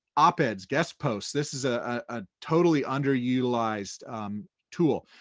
op eds, guest posts, this is a ah totally underutilized tool.